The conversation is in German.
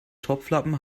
topflappen